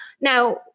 Now